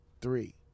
three